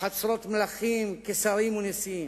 בחצרות מלכים, שרים ונשיאים,